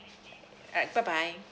right bye bye